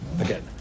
Again